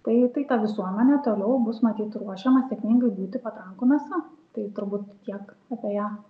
tai tai ta visuomenė toliau bus matyt ruošiama sėkmingai būti patrankų mėsa tai turbūt tiek apie ją